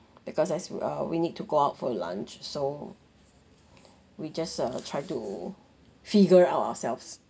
because as w~ uh we need to go out for lunch so we just uh try to figure out ourselves